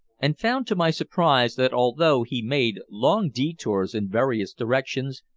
and found to my surprise that although he made long detours in various directions,